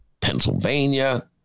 Pennsylvania